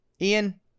Ian